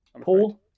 Paul